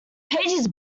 pages